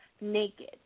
naked